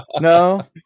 No